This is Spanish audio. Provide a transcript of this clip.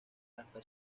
hasta